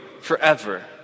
forever